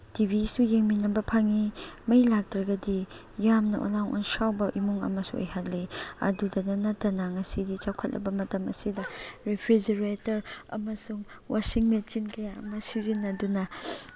T ꯚꯤꯁꯨ ꯌꯦꯡꯃꯤꯟꯅꯕ ꯐꯪꯉꯤ ꯃꯩ ꯂꯥꯛꯇ꯭ꯔꯒꯗꯤ ꯌꯥꯝꯅ ꯑꯣꯂꯥꯡ ꯑꯣꯟꯁꯥꯎꯕ ꯏꯃꯨꯡ ꯑꯃꯁꯨ ꯑꯣꯏꯍꯜꯂꯤ ꯑꯗꯨꯗꯗ ꯅꯠꯇꯅ ꯉꯁꯤꯗꯤ ꯆꯥꯎꯈꯠꯂꯕ ꯃꯇꯝ ꯑꯁꯤꯗ ꯔꯤꯐ꯭ꯔꯤꯖꯦꯔꯦꯇꯔ ꯑꯃꯁꯨꯡ ꯋꯥꯁꯤꯡ ꯃꯦꯆꯤꯟ ꯀꯌꯥ ꯑꯃ ꯁꯤꯖꯤꯟꯅꯗꯨꯅ